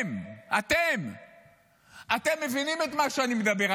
אתם מבינים את מה שאני מדבר,